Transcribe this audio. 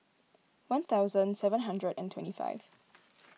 one thousand seven hundred and twenty five